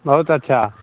बहुत अच्छा